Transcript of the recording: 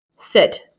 sit